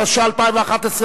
התשע"א 2011,